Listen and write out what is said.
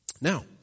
Now